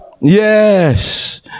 yes